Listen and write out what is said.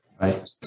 Right